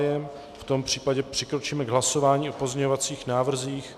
V tom případě přikročíme k hlasování o pozměňovacích návrzích.